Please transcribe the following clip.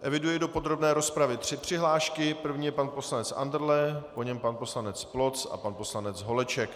Eviduji do podrobné rozpravy tři přihlášky, první je pan poslanec Andrle, po něm pan poslanec Ploc a pan poslanec Holeček.